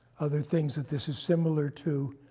other things that this is similar to,